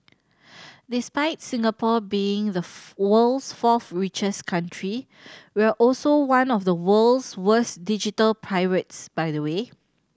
despite Singapore being the world's fourth richest country we're also one of the world's worst digital pirates by the way